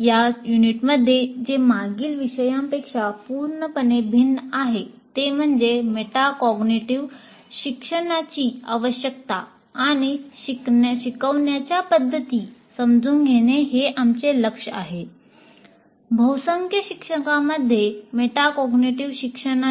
या युनिटमध्ये जे मागील विषयापेक्षा पूर्णपणे भिन्न आहे ते म्हणजे मेटाकॉग्निटिव्ह शिक्षणाची आवश्यकता आणि शिकवण्याच्या पद्धती समजून घेणे हे आमचे लक्ष्य आहे बहुसंख्य शिक्षकांमध्ये मेटाकॉग्निटिव्ह शिक्षण